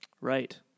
Right